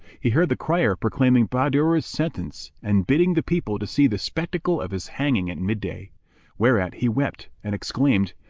he heard the crier proclaiming bahadur's sentence and bidding the people to see the spectacle of his hanging at midday whereat he wept and exclaimed,